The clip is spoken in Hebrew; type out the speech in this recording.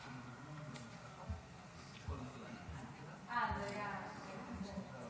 אני רוצה תחילה להמשיך תפילה